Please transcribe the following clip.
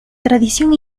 tradición